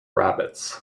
rabbits